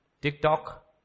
TikTok